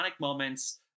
moments